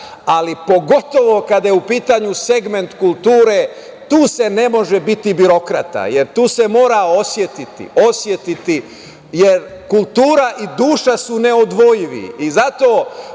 ali pogotovo kada je u pitanju segment kulture, tu se ne može biti birokrata, jer to se mora osetiti. Kultura i duša su neodvojivi. Zato